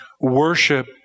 worship